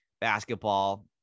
basketball